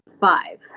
five